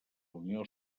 unió